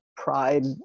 pride